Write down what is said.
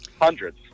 Hundreds